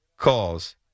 calls